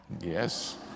Yes